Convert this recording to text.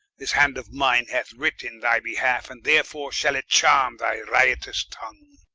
this hand of mine hath writ in thy behalfe, and therefore shall it charme thy riotous tongue